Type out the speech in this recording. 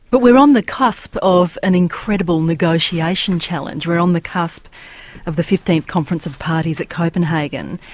but we're on the cusp of an incredible negotiation challenge, we're on the cusp of the fifteenth conference of parties at copenhagen.